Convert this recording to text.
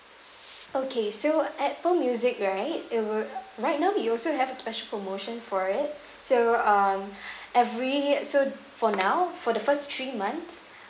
okay so Apple music right it will right now we also have a special promotion for it so um every so for now for the first three months